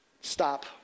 Stop